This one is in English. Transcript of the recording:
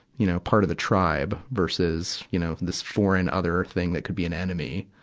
you know, part of the tribe versus, you know, this foreign other thing that can be an enemy.